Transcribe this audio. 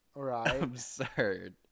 absurd